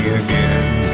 again